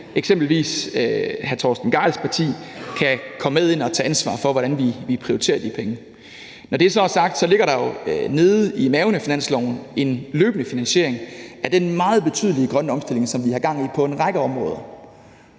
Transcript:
eksempelvis hr. Torsten Gejls parti, kan komme med ind og tage ansvar for, hvordan vi prioriterer de penge. Når det så er sagt, ligger der jo nede i maven af finansloven en løbende finansiering af den meget betydelige grønne omstilling, som vi har gang i på en række områder.